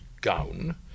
Gown